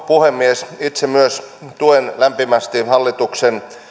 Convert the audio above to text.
puhemies itse myös tuen lämpimästi hallituksen